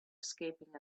escaping